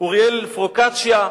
אוריאל פרוקצ'יה,